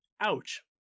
Ouch